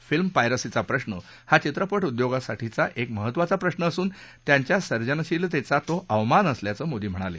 film पायरसीचा प्रश्न हा चित्रपट उद्योगासाठीचा एक महत्त्वाचा प्रश्न असून त्यांच्या सर्जनशिलतेचा तो अवमान असल्याचं मोदी म्हणाले